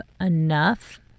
enough